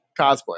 cosplay